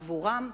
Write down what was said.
לעצמם,